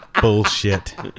bullshit